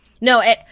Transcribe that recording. No